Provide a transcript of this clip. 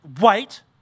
wait